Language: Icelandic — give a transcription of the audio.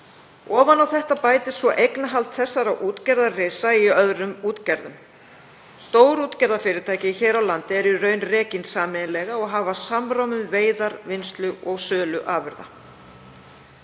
Ofan á þetta bætist svo eignarhald þessara útgerðarrisa í öðrum útgerðum. Stór útgerðarfyrirtæki hér á landi eru í raun rekin sameiginlega og hafa samráð við veiðar, vinnslu og sölu afurða.